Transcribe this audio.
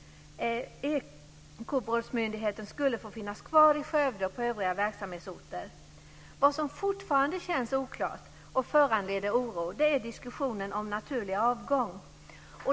Ekobrottsmyndigheten skulle få finnas kvar i Skövde och på övriga verksamhetsorter. Vad som fortfarande känns oklart och föranleder oro är diskussionen om naturlig avgång.